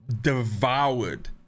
devoured